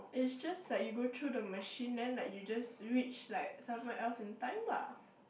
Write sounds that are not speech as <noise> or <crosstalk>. is just like you go through the machine then like you just reach like somewhere else in time lah <breath>